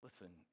Listen